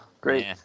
great